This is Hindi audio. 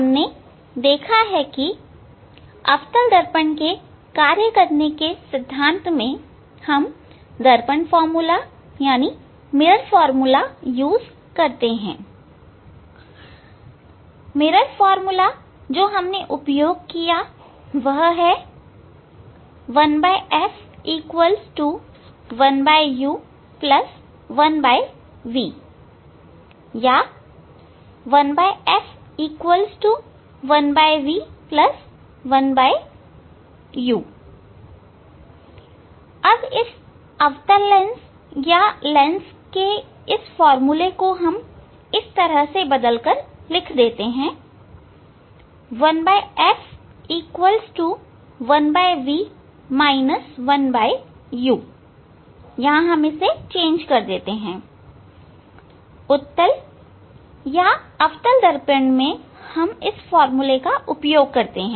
हमने देखा है कि अवतल दर्पण के कार्य करने के सिद्धांत में हम दर्पण फार्मूला का उपयोग करते हैं फार्मूला जो हमने उपयोग किया वह है 1 f 1 u 1 v या 1 f 1 v 1 u अब इस अवतल लेंस या लेंस के लिए यह फार्मूला इस तरह बदलना होगा 1 f 1 v 1 u उत्तल या अवतल दर्पण में हम इस फार्मूला का उपयोग करते हैं